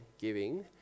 giving